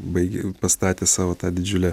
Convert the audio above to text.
baigė pastatė savo tą didžiulę